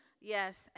yes